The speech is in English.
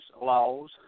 laws